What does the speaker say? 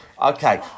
Okay